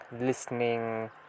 Listening